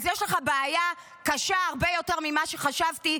אז יש לך בעיה קשה הרבה יותר ממה שחשבתי,